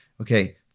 okay